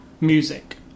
music